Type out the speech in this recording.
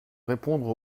répondre